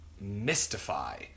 mystify